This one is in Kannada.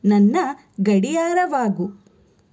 ನನ್ನ ಗಡಿಯಾರವಾಗು